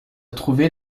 trouvés